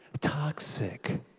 toxic